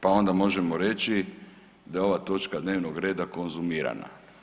Pa onda možemo reći da je ova točka dnevnog reda konzumirana.